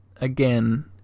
again